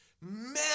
Man